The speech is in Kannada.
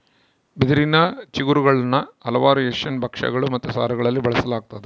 ಬಿದಿರಿನ ಚಿಗುರುಗುಳ್ನ ಹಲವಾರು ಏಷ್ಯನ್ ಭಕ್ಷ್ಯಗಳು ಮತ್ತು ಸಾರುಗಳಲ್ಲಿ ಬಳಸಲಾಗ್ತದ